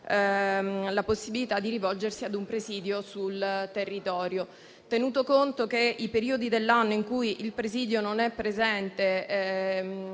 la possibilità di rivolgersi a un presidio sul territorio. Tenuto conto che i periodi dell'anno in cui il presidio non è presente